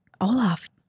Olaf